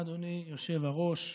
אדוני היושב-ראש,